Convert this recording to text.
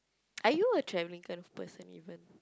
are you a travelling kind of person even